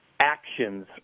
actions